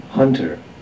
hunter